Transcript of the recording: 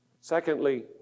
Secondly